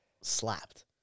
slapped